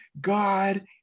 God